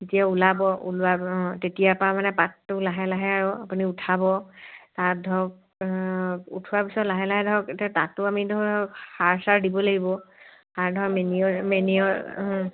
এতিয়া ওলাব ওলোৱাৰ পৰা তেতিয়া পা মানে পাতটো লাহে লাহে আপুনি উঠাব তাত ধৰক উঠোৱাৰ পিছত তাতটো আমি ধৰক লাহে লাহে সাৰ চাৰ দিব লাগিব সাৰ ধৰক মেনিঅৰ মেনিঅৰ